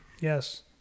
Yes